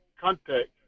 contact